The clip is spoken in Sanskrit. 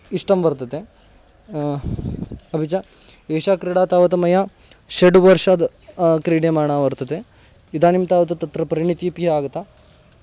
इष्टं वर्तते अपि च एषा क्रीडा तावत् मया षड् वर्षाद् क्रीड्यमाना वर्तते इदानीं तावत् तत्र परिणितिः अपि आगता